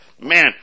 Man